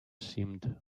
seemed